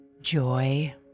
joy